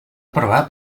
aprovar